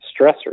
stressors